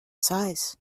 size